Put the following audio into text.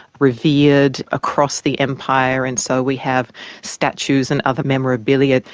revered across the empire. and so we have statues and other memorabilia,